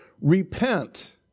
Repent